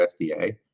USDA